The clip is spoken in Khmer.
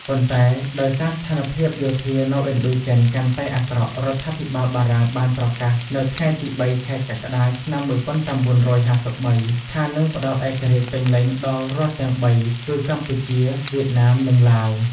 ប៉ុន្តែ ដោយសារស្ថានភាពយោធានៅឥណ្ឌូចិនកាន់តែអាក្រក់ រដ្ឋាភិបាលបារាំងបានប្រកាសនៅថ្ងៃទី៣ ខែកក្កដា ឆ្នាំ១៩៥៣ ថានឹងផ្ដល់ឯករាជ្យពេញលេញដល់រដ្ឋទាំងបីគឺ កម្ពុជា វៀតណាម និងឡាវ។